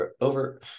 over